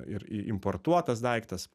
ir importuotas daiktas